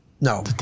No